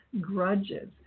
grudges